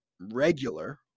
regular